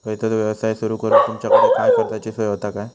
खयचो यवसाय सुरू करूक तुमच्याकडे काय कर्जाची सोय होता काय?